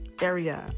area